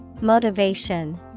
Motivation